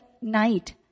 night